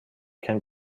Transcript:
can